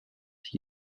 used